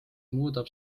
muudab